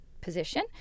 position